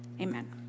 Amen